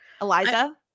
eliza